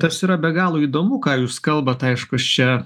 tas yra be galo įdomu ką jūs kalbat aišku aš čia